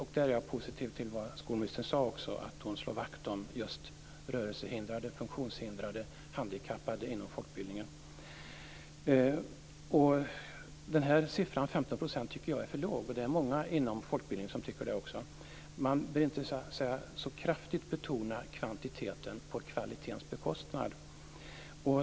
Jag är positiv till vad skolministern sade om att hon slår vakt om rörelsehindrade, funktionshindrade och handikappade inom folkbildningen. Den här siffran, 15 %, tycker jag är för låg. Det är många inom folkbildningen som också tycker det. Man bör inte så kraftigt betona kvantiteten på kvalitetens bekostnad.